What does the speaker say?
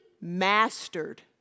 mastered